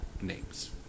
names